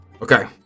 Okay